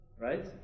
right